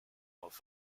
auf